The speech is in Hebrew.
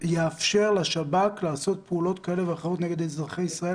ויאפשר לשב"כ לעשות פעולות כאלה ואחרות נגד אזרחי ישראל,